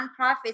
nonprofits